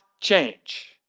change